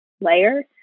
layer